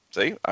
See